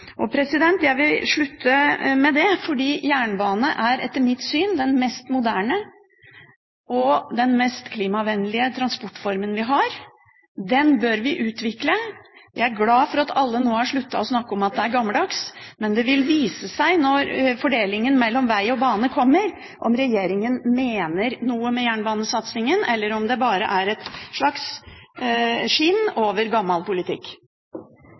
Jeg vil slutte med det, for jernbane er, etter mitt syn, den mest moderne og den mest klimavennlige transportformen vi har. Den bør vi utvikle. Jeg er glad for at alle nå har sluttet å snakke om at den er gammeldags, men det vil vise seg når fordelingen mellom veg og bane kommer, om regjeringen mener noe med jernbanesatsingen, eller om det bare er et slags skinn over gammel politikk.